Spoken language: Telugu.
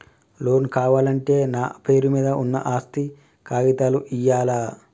లోన్ కావాలంటే నా పేరు మీద ఉన్న ఆస్తి కాగితాలు ఇయ్యాలా?